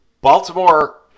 Baltimore